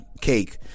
cake